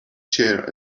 chair